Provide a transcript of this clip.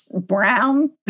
brown